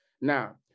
Now